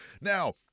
Now